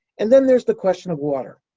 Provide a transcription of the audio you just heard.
and then there's the question of water.